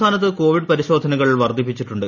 സംസ്ഥാനത്ത് കോവിഡ് പരിശോധനകൾ വർദ്ധിപ്പിച്ചിട്ടുണ്ട്